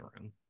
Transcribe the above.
room